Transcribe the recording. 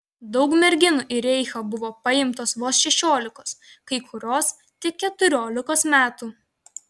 daug merginų į reichą buvo paimtos vos šešiolikos kai kurios tik keturiolikos metų